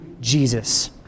Jesus